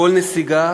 כל נסיגה,